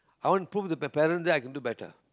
I want prove to the parents that I can do better